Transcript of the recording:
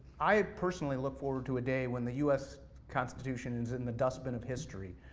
i ah personally look forward to a day when the us constitution is in the dustbin of history.